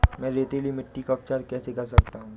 मैं रेतीली मिट्टी का उपचार कैसे कर सकता हूँ?